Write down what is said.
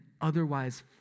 otherwise